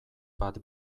bat